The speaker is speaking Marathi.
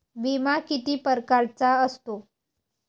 बिमा किती परकारचा असतो?